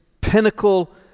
pinnacle